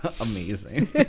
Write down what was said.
Amazing